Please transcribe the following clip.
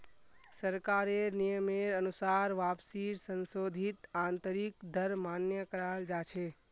सरकारेर नियमेर अनुसार वापसीर संशोधित आंतरिक दर मान्य कराल जा छे